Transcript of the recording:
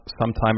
sometime